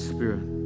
Spirit